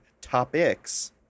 topics